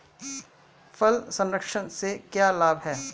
फल संरक्षण से क्या लाभ है?